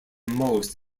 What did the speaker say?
most